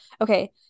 okay